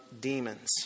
demons